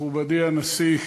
מכובדי הנשיא,